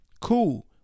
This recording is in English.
Cool